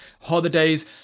holidays